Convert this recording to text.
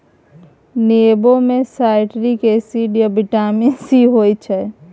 नेबो मे citric acid आ बिटामिन सी होइ छै